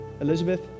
Elizabeth